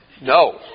No